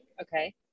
okay